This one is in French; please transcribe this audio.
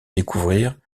découvrir